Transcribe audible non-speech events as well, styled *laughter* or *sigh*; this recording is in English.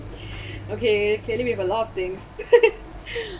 *breath* okay clearly we have a lot of things *laughs*